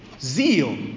zeal